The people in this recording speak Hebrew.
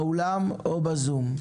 באולם או בזום.